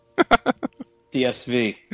DSV